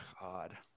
God